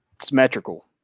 symmetrical